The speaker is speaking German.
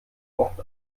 oft